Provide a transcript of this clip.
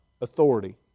Authority